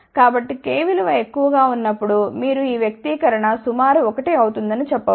కాబట్టి kవిలువ ఎక్కువగా ఉన్నప్పుడు మీరు ఈ వ్యక్తీకరణ సుమారు 1 అవుతుందని చెప్పవచ్చు